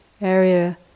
area